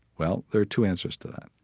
well, there are two answers to that.